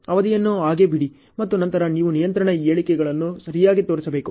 ಅವಧಿಯನ್ನು ಹಾಗೇ B C ಮತ್ತು ನಂತರ ನೀವು ನಿಯಂತ್ರಣ ಹೇಳಿಕೆಗಳನ್ನು ಸರಿಯಾಗಿ ತೋರಿಸಬೇಕು